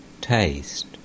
taste